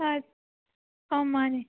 ꯑꯧ ꯃꯥꯅꯤ